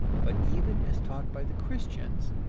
but even as taught by the christians,